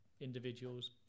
individuals